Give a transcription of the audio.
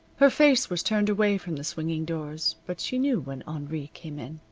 her face was turned away from the swinging doors, but she knew when henri came in.